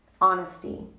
honesty